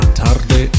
Atarde